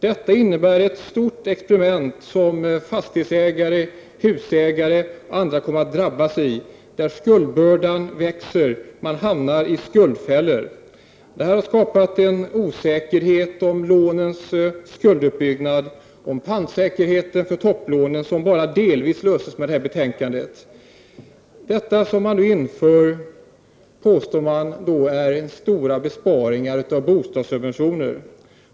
Detta innebär ett stort experiment som fastighetsägare, husägare och andra kommer att drabbas av när skuldbördan växer och man hamnar i skuldfällor. Detta har skapat en osäkerhet om lånens skulduppbyggnad och om pantsäkerheten för topplånen. Den löses bara delvis med det här betänkandet. Det som man nu inför påstår man är stora besparingar av bostadssubventioner.